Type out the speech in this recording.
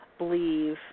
Believe